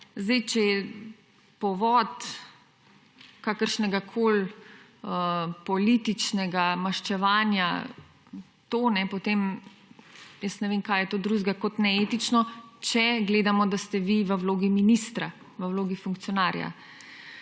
Če je povod kakršnegakoli političnega maščevanja to, potem jaz ne vem, kaj je to drugega kot neetično, če gledamo, da ste vi v vlogi ministra, v vlogi funkcionarja.